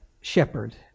shepherd